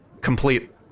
complete